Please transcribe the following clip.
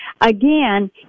Again